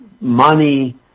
money